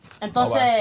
Entonces